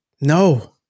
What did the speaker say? no